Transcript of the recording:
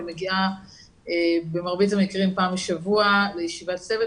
אבל היא מגיעה במרבית המקרים פעם בשבוע לישיבת צוות